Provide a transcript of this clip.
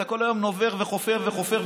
אתה כל היום נובר וחופר וחופר.